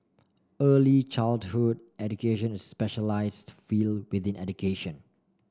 early childhood education is a specialised field within education